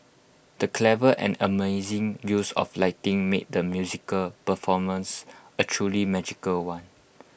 the clever and amazing use of lighting made the musical performance A truly magical one